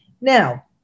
Now